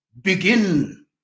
begin